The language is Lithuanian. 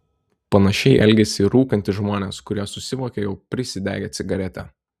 panašiai elgiasi ir rūkantys žmonės kurie susivokia jau prisidegę cigaretę